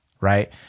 right